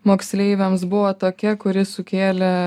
moksleiviams buvo tokia kuri sukėlė